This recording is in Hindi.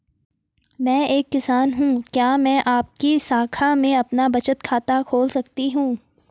मैं एक किसान हूँ क्या मैं आपकी शाखा में अपना बचत खाता खोल सकती हूँ?